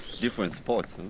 different sports.